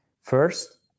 first